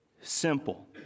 simple